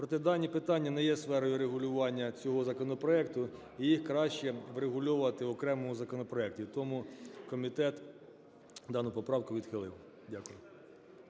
Проте дані питання не є сферою регулювання цього законопроекту і їх краще врегульовувати окремо в законопроекті. І тому комітет дану поправку відхилив. Дякую.